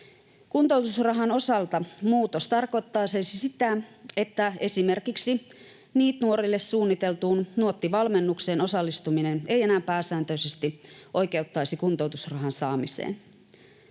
Kuntoutusrahan osalta muutos tarkoittaisi sitä, että esimerkiksi NEET-nuorille suunniteltuun Nuotti-valmennukseen osallistuminen ei enää pääsääntöisesti oikeuttaisi kuntoutusrahan saamiseen.